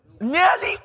Nearly